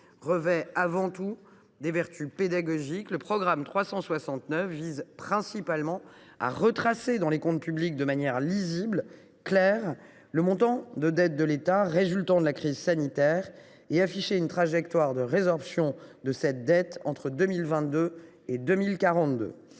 revêt avant tout des vertus pédagogiques. Le programme 369 vise principalement à retracer dans les comptes publics, de manière lisible et claire, le montant de la dette de l’État qui résulte de la crise sanitaire et à afficher une trajectoire de résorption de cette dette entre 2022 et 2042.